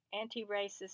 anti-racist